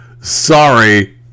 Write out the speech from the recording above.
Sorry